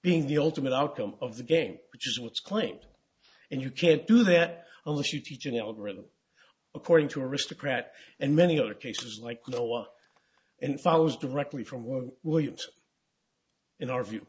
being the ultimate outcome of the game which is what's claimed and you can't do that unless you teach an algorithm according to aristocrat and many other cases like the one and follows directly from world williams in our view